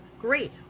great